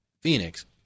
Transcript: Phoenix